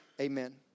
Amen